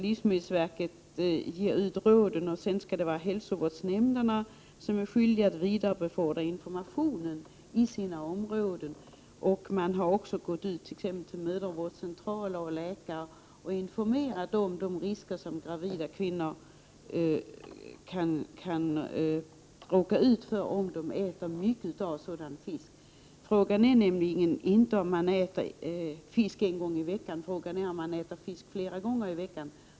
Livsmedelsverket ger råd, och hälsovårdsnämnderna är sedan skyldiga att vidarebefordra informationen i sina resp. områden. Man har också vänt sig till mödravårdscentraler och läkare och informerat om de risker som gravida kvinnor utsätts för, om de äter mycket av den här fisken. Det är inget problem om man äter fisk en gång i veckan. Däremot kan det finnas en risk, om man äter fisk flera gånger i veckan.